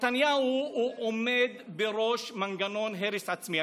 נתניהו עומד בראש מנגנון הרס עצמי.